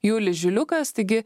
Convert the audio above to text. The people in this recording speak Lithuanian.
julius žiliukas taigi